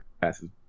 passes